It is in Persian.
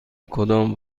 کدام